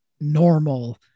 normal